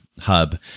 hub